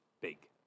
big